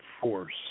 force